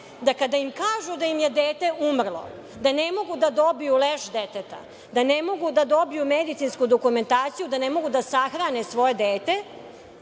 da kada im kažu da im je dete umrlo, da ne mogu da dobiju leš deteta, da ne mogu da dobiju medicinsku dokumentaciju, da ne mogu da sahrane svoje dete,